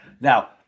Now